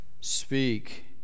speak